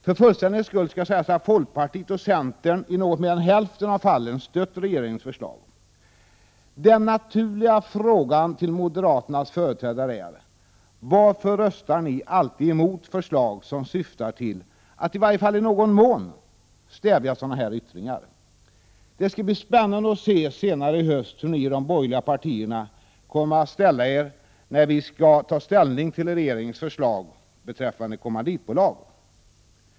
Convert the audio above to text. För fullständighetens skull skall jag säga att folkpartiet och centern i något mer än hälften av fallen stött regeringens förslag. Den naturliga frågan till moderaternas företrädare är: Varför röstar ni alltid mot förslag som syftar till, att i varje fall i någon mån, stävja sådana här yttringar? Det skall bli spännande att senare i höst se hur ni i de borgerliga partierna kommer att ställa er när vi skall ta ställning till regeringens förslag beträffande kommanditbolag.